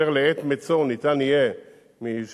כאשר לעת מצוא יהיה אפשר,